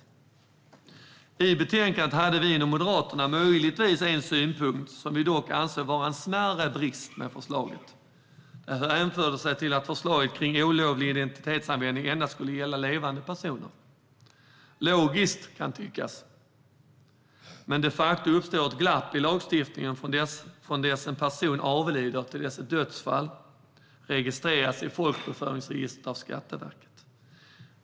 Vi inom Moderaterna hade en synpunkt på förslaget i betänkandet. Vi ansåg det dock vara en smärre brist. Det hänförde sig till att förslaget om olovlig identitetsanvändning endast skulle gälla levande personer. Det kan tyckas logiskt. Men det uppstår de facto ett glapp i lagstiftningen från det en person avlider till dess dödsfallet registrerats i folkbokföringsregistret av Skatteverket.